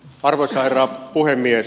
arvoisa herra puhemies